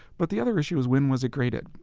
but the other issue is when was a grated?